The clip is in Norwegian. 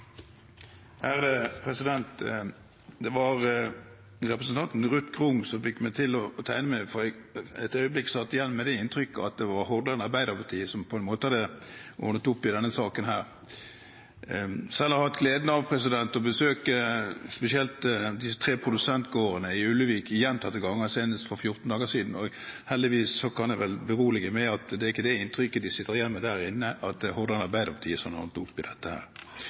3 minutter. Det var representanten Ruth Grung som fikk meg til å tegne meg, for et øyeblikk satt jeg igjen med det inntrykket at det var Hordaland Arbeiderparti som på en måte hadde ordnet opp i denne saken. Selv har jeg hatt gleden av å besøke spesielt de tre produsentgårdene i Ulvik gjentatte ganger, senest for 14 dager siden, og heldigvis kan jeg berolige med at det er ikke det inntrykket de sitter igjen med der inne, at det er Hordaland Arbeiderparti som har ordnet opp i dette. Men la oss glede oss over det som tross alt har skjedd her.